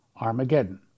Armageddon